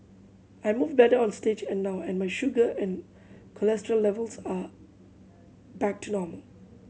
I move better on stage and now and my sugar and cholesterol levels are back to normal